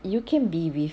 you can be with